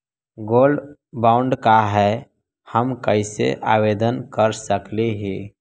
Gold bond का है, हम कैसे आवेदन कर सकली ही?